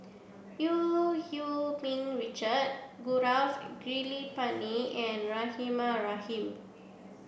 Eu Hee Ming Richard Gaurav Kripalani and Rahimah Rahim